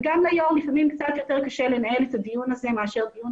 וגם היושב ראש לפעמים קצת יותר קשה לו לנהל את הדיון הזה מאשר דיון